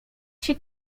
się